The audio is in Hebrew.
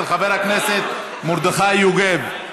של חבר הכנסת מרדכי יוגב.